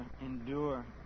endure